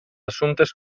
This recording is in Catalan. assumptes